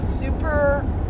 super